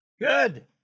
Good